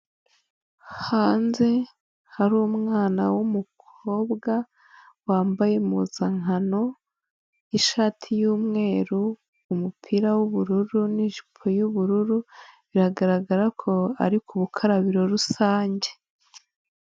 Hanze hari umwana w'umukobwa wambaye impuzankano y'ishati yumweru, umupira w'ubururu n'ijipo y'ubururu. Biragaragara ko ari ku bukarabiro rusange.